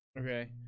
Okay